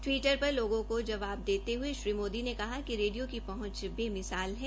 Twitter पर लोगों को जवाब देते हुए श्री मोदी ने कहा कि रेडियो की पहुंच बेमिसाल है